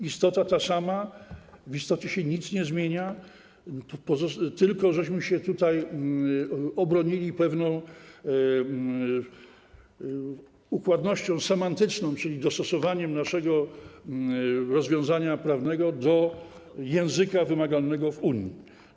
Istota ta sama, w istocie się nic nie zmienia, tylko obroniliśmy się tutaj pewną układnością semantyczną, czyli dostosowaniem naszego rozwiązania prawnego do języka wymaganego w Unii.